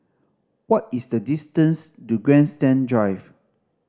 what is the distance to Grandstand Drive